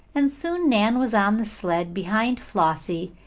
and soon nan was on the sled behind flossie,